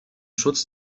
schutz